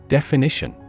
Definition